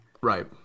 Right